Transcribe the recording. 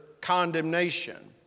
condemnation